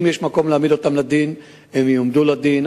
אם יש מקום להעמיד אותם לדין, הם יועמדו לדין.